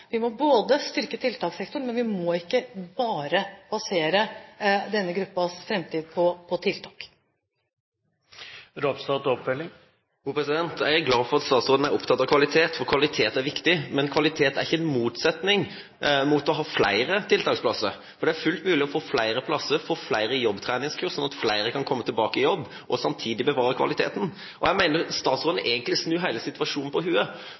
Vi må styrke tiltakssektoren, men vi må ikke bare basere denne gruppens fremtid på tiltak. Jeg er glad for at statsråden er opptatt av kvalitet, for kvalitet er viktig. Men kvalitet står ikke i motsetning til det å ha flere tiltaksplasser, for det er fullt mulig å få flere plasser og å få flere jobbtreningskurs, slik at flere kan komme tilbake i jobb – og samtidig bevare kvaliteten. Jeg mener statsråden egentlig snur hele situasjonen på